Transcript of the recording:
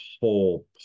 whole